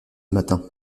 matin